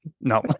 No